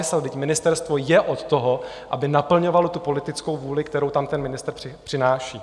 Vždyť ministerstvo je od toho, aby naplňovalo tu politickou vůli, kterou tam ten ministr přináší.